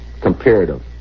comparative